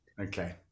Okay